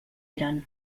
eren